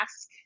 ask